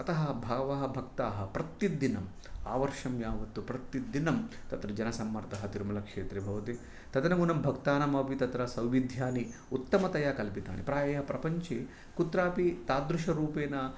अतः बहवः भक्ताः प्रतिदिनम् आवर्षं यावत् प्रतिदिनं तत्र जनसम्मर्दः तिरुमलक्षेत्रे भवति तदनुगुणं भक्तानाम् अपि तत्र सौविध्यानि उत्तमतया कल्पितानि प्रायः प्रपञ्चे कुत्रापि तादृशरूपेण